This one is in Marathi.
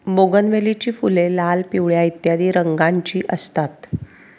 बोगनवेलीची फुले लाल, पिवळ्या इत्यादी रंगांची असतात